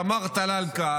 סאמר טלאלקה,